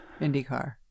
IndyCar